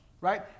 right